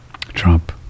Trump